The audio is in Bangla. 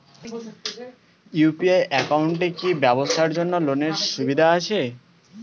ইউ.পি.আই একাউন্টে কি ব্যবসার জন্য লোনের সুবিধা আছে?